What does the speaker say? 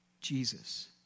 Jesus